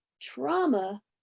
trauma